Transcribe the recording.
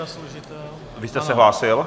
A vy jste se hlásil?